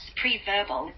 pre-verbal